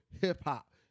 hip-hop